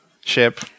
ship